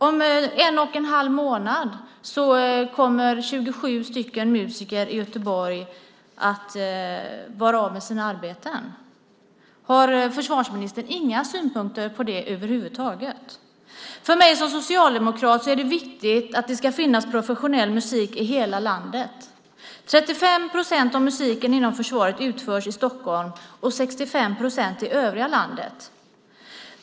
Om en och en halv månad kommer 27 musiker i Göteborg att vara av med sina arbeten. Har försvarsministern inga synpunkter på det över huvud taget? För mig som socialdemokrat är det viktigt att det ska finnas professionell musik i hela landet. 35 procent av musiken inom försvaret utförs i Stockholm och 65 procent i övriga landet.